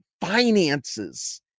finances